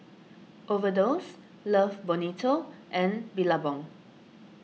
Overdose Love Bonito and Billabong